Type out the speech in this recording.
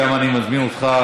וגם אני מזמין אותך,